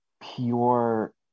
pure